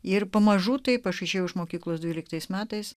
ir pamažu taip aš išėjau iš mokyklos dvyliktais metais